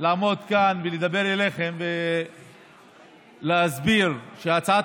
לעמוד כאן ולדבר אליכם ולהסביר שהצעת